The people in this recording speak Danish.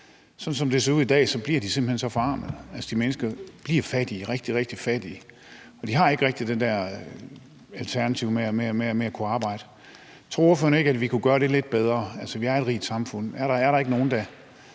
Sådan som det ser ud i dag, bliver de simpelt hen så forarmede. De mennesker bliver fattige, rigtig, rigtig fattige, og de har ikke rigtig det der alternativ med at kunne arbejde. Tror ordføreren ikke, at vi kunne gøre lidt bedre? Vi er et rigt samfund. Er der ikke nogen, der